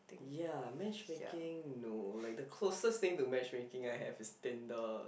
ya match making no like the closest thing to match making I have is Tinder